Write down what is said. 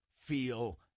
feel